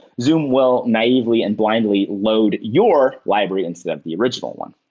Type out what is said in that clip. zoom will naively and blindly load your library instead of the original one.